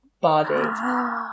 body